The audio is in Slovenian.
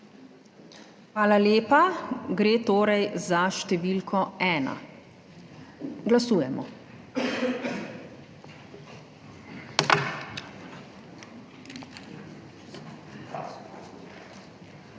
Hvala lepa. Gre torej za številko 1. Glasujemo. 82